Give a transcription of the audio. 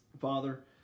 Father